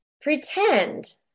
pretend